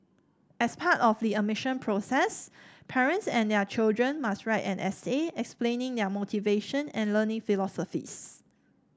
as part of the admission process parents and their children must write an essay explaining their motivation and learning philosophies